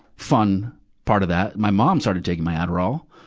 fun part of that, my mom started taking my adderall.